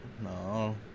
no